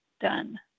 done